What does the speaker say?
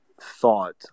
thought